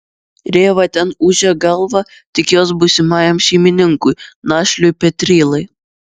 rėva ten ūžė galvą tik jos būsimajam šeimininkui našliui petrylai